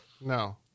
No